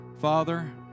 Father